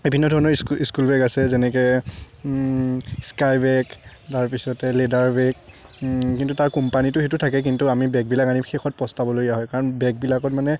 বিভিন্ন ধৰণৰ school school bag আছে যেনেকৈ স্কাইবেগ তাৰপিছতে লেডাৰ বেগ কিন্তু তাৰ কোম্পানীটো সেইটো থাকে কিন্তু আমি বেগবিলাক আনি শেষত পস্তাবলগীয়া হয় কাৰণ বেগবিলাকত মানে